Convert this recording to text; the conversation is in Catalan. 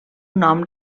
nom